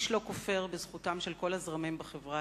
איש לא כופר בזכותם של כל הזרמים בחברה